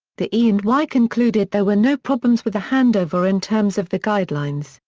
the e and y concluded there were no problems with the handover in terms of the guidelines,